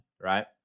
right